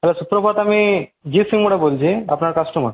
hello সুপ্রভাত আমি বলছি আপনার কাস্টমার